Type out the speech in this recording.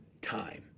time